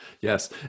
Yes